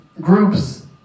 group's